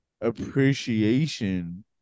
appreciation